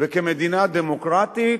וכמדינה דמוקרטית,